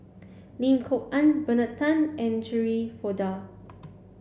Lim Kok Ann Bernard Tan and Shirin Fozdar